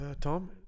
Tom